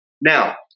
Now